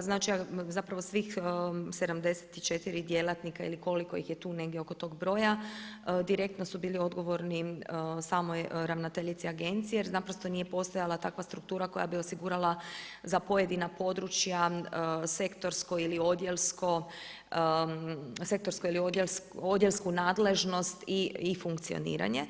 znači, zapravo svih 74 djelatnika ili koliko ih je tu negdje oko tog broja, direktno su bili odgovorni samoj ravnateljici agencije, jer naprosto nije postojala takva struktura koja bi osigurala za pojedina područja sektorsko ili odjeljku nadležnost i funkcioniranje.